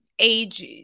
Age